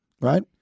right